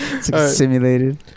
simulated